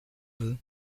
veut